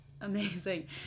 Amazing